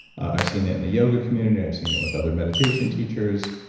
i've seen it in the yoga community, i've seen it with other meditation teachers.